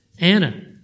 Anna